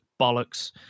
bollocks